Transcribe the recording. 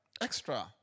Extra